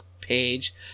page